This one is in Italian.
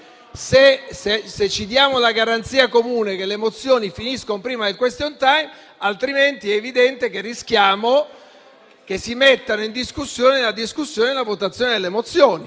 o ci diamo la garanzia comune che l'esame delle mozioni finisce prima del *question time;* altrimenti è evidente che rischiamo che si metta in discussione l'esame e la votazione delle mozioni.